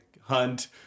hunt